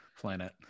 planet